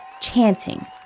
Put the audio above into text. chanting